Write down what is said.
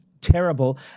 terrible